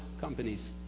companies